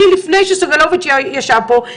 לפני שסגלוביץ' ישב פה,